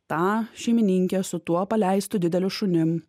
tą šeimininkę su tuo paleistu dideliu šunim